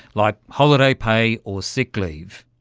like holiday pay or sick leave.